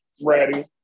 ready